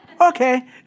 Okay